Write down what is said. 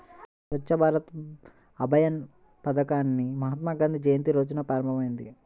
స్వచ్ఛ్ భారత్ అభియాన్ పథకాన్ని మహాత్మాగాంధీ జయంతి రోజున ప్రారంభమైంది